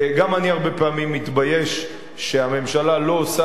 גם אני הרבה פעמים מתבייש שהממשלה לא עושה